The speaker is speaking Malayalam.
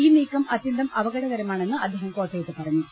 ഈ നീക്കം അത്യന്തം അപകടക രമാണെന്ന് അദ്ദേഹം കോട്ടയത്ത് പറഞ്ഞു